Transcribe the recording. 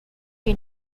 you